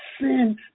sin